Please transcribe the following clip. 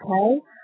okay